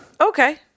Okay